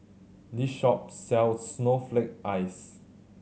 this shop sells snowflake ice